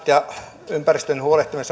ja ympäristön huolehtiminen